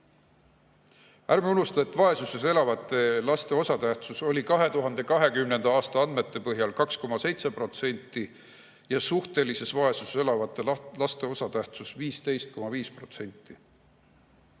ärme unustame, et vaesuses elavate laste osatähtsus oli 2020. aasta andmete põhjal 2,7% ja suhtelises vaesuses elavate laste osatähtsus 15,5%.